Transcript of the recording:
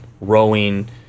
rowing